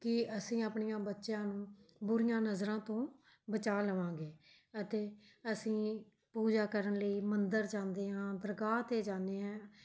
ਕਿ ਅਸੀਂ ਆਪਣੀਆਂ ਬੱਚਿਆਂ ਨੂੰ ਬੁਰੀਆਂ ਨਜ਼ਰਾਂ ਤੋਂ ਬਚਾ ਲਵਾਂਗੇ ਅਤੇ ਅਸੀਂ ਪੂਜਾ ਕਰਨ ਲਈ ਮੰਦਰ ਜਾਂਦੇ ਹਾਂ ਦਰਗਾਹ 'ਤੇ ਜਾਂਦੇ ਹੈਂ